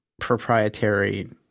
proprietary